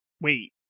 Wait